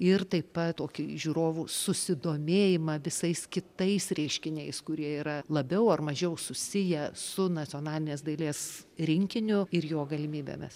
ir taip pat tokį žiūrovų susidomėjimą visais kitais reiškiniais kurie yra labiau ar mažiau susiję su nacionalinės dailės rinkiniu ir jo galimybėmis